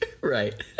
right